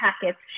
packets